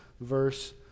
verse